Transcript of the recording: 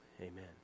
amen